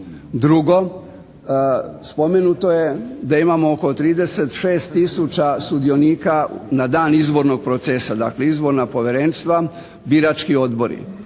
Drugo, spomenuto je da imamo oko 36 tisuća sudionika na dan izbornog procesa, dakle izborna povjerenstva, birački odbori.